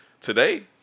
Today